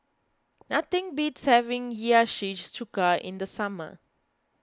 nothing beats having Hiyashi Chuka in the summer